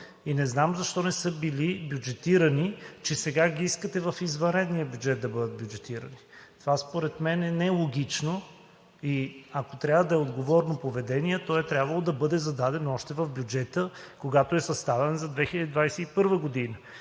и не знам защо не са били бюджетирани, а сега искате да бъдат бюджетирани в извънредния бюджет? Това според мен е нелогично и ако трябва да е отговорно поведение, то е трябвало да бъде зададено още в бюджета, когато е съставян за 2021 г.